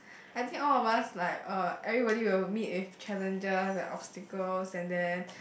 I think all of us like uh everybody will meet with challenges and obstacles and then